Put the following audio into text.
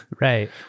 right